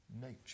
nature